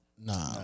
Nah